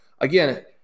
again